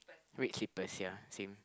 red slippers ya same